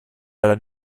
leider